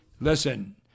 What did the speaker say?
listen